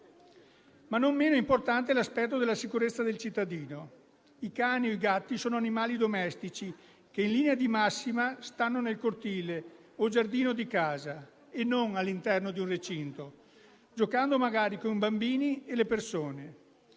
Ma non meno importante è l'aspetto della sicurezza del cittadino. I cani e i gatti sono animali domestici che in linea di massima stanno nel cortile o nel giardino di casa, e non all'interno di un recinto, giocando magari con bambini e persone.